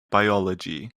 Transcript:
biology